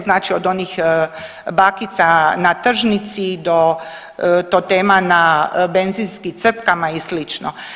Znači od onih bakica na tržnici do totema na benzinskim crpkama i slično.